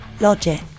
logic